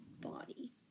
body